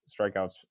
strikeouts